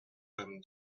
comme